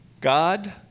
God